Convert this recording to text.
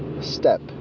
step